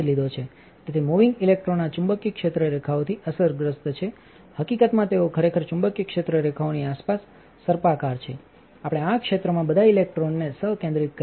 તેથી moving electron આ ચુંબકીય ક્ષેત્ર રેખાઓથી અસરગ્રસ્ત છે હકીકતમાં તેઓ ખરેખર ચુંબકીય ક્ષેત્ર રેખાઓની આસપાસ સર્પાકાર છે આપણે આ ક્ષેત્રમાંબધા ઇલેક્ટ્રોનનેસહ કેન્દ્રિત કર્યા છે